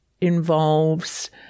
involves